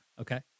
Okay